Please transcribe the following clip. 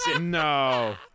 No